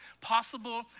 possible